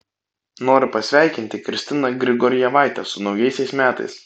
noriu pasveikinti kristiną grigorjevaitę su naujaisiais metais